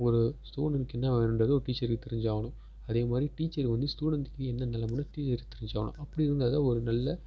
ஒரு ஸ்டூடண்ட்க்கு என்ன வேணுன்றது ஒரு டீச்சருக்கு தெரிஞ்சாகணும் அதேமாதிரி டீச்சர் வந்து ஸ்டூடண்ட்டுக்கு என்ன நெலமன்னு டீச்சருக்கு தெரிஞ்சாகணும் அப்படி இருந்தால் தான் ஒரு நல்ல